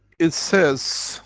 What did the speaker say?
it says,